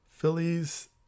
Phillies